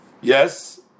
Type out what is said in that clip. yes